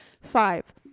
Five